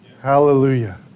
Hallelujah